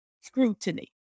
scrutiny